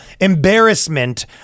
embarrassment